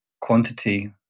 quantity